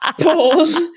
pause